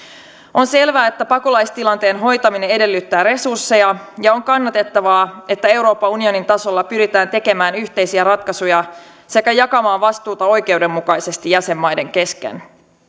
on selvää että pakolaistilanteen hoitaminen edellyttää resursseja ja on kannatettavaa että euroopan unionin tasolla pyritään tekemään yhteisiä ratkaisuja sekä jakamaan vastuuta oikeudenmukaisesti jäsenmaiden kesken